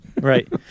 Right